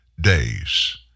days